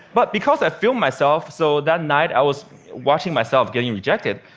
but because i filmed myself so that night i was watching myself getting rejected,